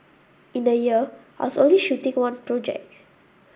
in a year I was only shooting one project